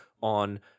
on